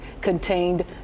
contained